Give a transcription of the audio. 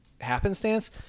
happenstance